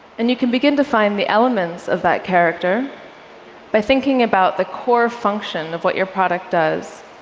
and you can begin to find the elements of that character by thinking about the core function of what your product does,